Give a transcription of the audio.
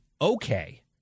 okay